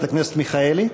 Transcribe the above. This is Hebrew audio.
חברת הכנסת מיכאלי?